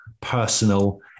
personal